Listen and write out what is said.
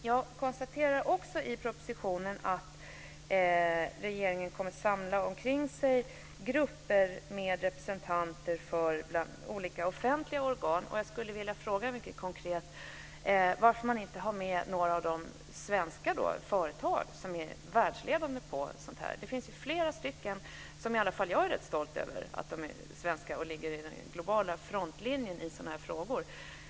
Jag konstaterar också efter att ha läst propositionen att regeringen kommer att samla till sig grupper med representanter för olika offentliga organ. Jag skulle vilja fråga mycket konkret varför man inte har med några av de svenska företag som är världsledande här. Det finns ju flera företag som i alla fall jag är rätt stolt över är svenska och ligger i den globala frontlinjen i sådana här frågor.